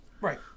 Right